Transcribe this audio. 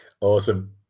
Awesome